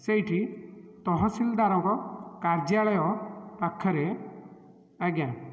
ସେଇଠି ତହସିଲଦାରଙ୍କ କାର୍ଯ୍ୟାଳୟ ପାଖରେ ଆଜ୍ଞା